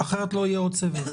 אחרת, לא יהיה עוד סבב.